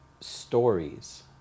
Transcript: stories